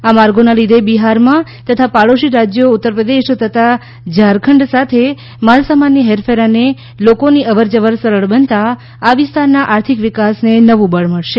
આ માર્ગોના લીધે બિહારમાં તથા પાડોશી રાજયો ઉત્તરપ્રદેશ તથા ઝારખંડ સાથે માલ સામાનની હેરફેર અને લોકોની અવર જવર સરળ બનતા આ વિસ્તારના આર્થિક વિકાસને નવું બળ મળશે